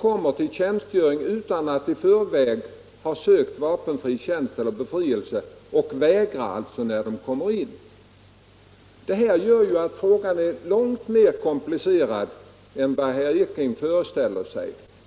kom till tjänstgöring utan att i förväg ha sökt vapenfri tjänst eller befrielse men vägrade vid inställelsen. Detta gör att frågan är långt mer komplicerad än herr Ekinge föreställer sig.